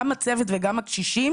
גם הצוות וגם הקשישים